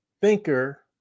thinker